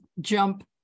jump